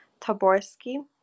Taborski